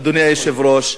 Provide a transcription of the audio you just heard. אדוני היושב-ראש?